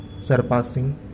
surpassing